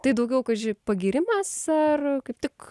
tai daugiau kaži pagyrimas ar kaip tik